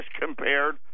compared